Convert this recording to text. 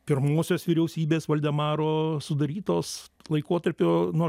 pirmosios vyriausybės voldemaro sudarytos laikotarpiu nuo